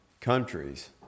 countries